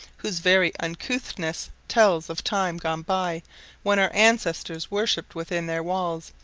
whose very uncouthness tells of time gone by when our ancestors worshipped within their walls,